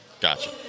Gotcha